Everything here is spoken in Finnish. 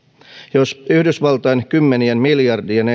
jos yhdysvaltain kymmenien miljardien